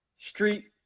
street